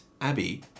Abbey